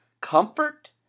Comfort